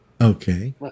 Okay